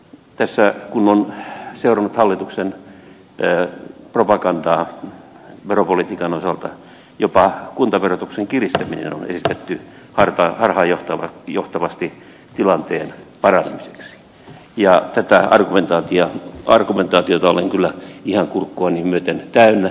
tässä kun olen seurannut hallituksen propagandaa veropolitiikan osalta jopa kuntaverotuksen kiristäminen on esitetty harhaanjohtavasti tilanteen parantamiseksi niin tätä argumentaatiota olen kyllä ihan kurkkuani myöten täynnä